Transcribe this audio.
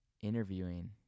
interviewing